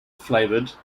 flavored